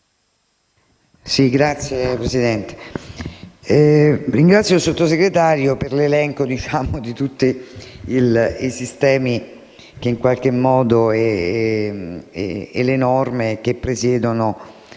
Signor Presidente, ringrazio il Sottosegretario per l'elenco di tutti i sistemi e delle norme che presiedono